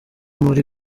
muri